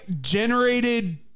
generated